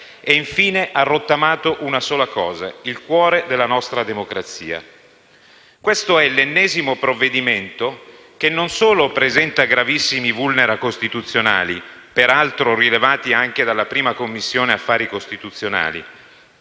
e, infine, ha rottamato una sola cosa: il cuore della nostra democrazia. Questo è l'ennesimo provvedimento che non solo presenta gravissimi *vulnus* costituzionali, peraltro rilevati anche dalla Commissione affari costituzionali,